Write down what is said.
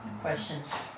questions